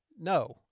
no